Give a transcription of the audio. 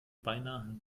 beinahe